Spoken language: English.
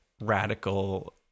radical